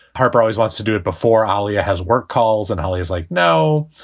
harper always wants to do it before ali has worked calls. and ali is like, no.